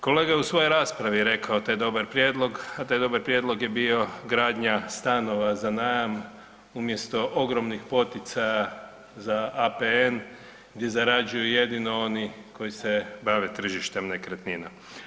Kolega je u svojoj raspravi rekao taj dobar prijedlog, a taj dobar prijedlog je bio gradnja stanova za najam umjesto ogromnih poticaja za APN gdje zarađuju jedino oni koji se bave tržištem nekretnina.